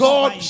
God